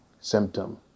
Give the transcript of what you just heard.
symptom